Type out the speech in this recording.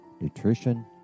nutrition